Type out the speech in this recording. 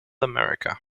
america